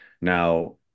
Now